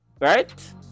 right